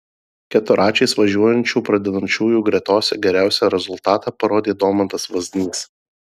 keturračiais važiuojančių pradedančiųjų gretose geriausią rezultatą parodė domantas vaznys